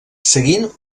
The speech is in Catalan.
seguint